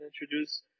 introduce